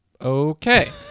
Okay